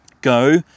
Go